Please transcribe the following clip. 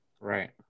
Right